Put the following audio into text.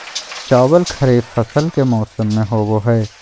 चावल खरीफ फसल के मौसम में होबो हइ